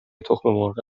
تخممرغ